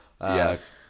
Yes